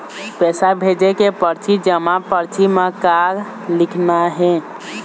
पैसा भेजे के परची जमा परची म का लिखना हे?